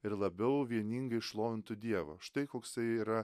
ir labiau vieningai šlovintų dievą štai koksai yra